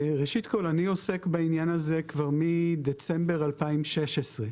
ראשית, אני עוסק בעניין הזה כבר מדצמבר 2016,